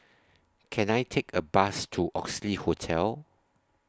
Can I Take A Bus to Oxley Hotel